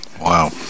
Wow